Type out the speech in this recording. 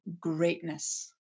greatness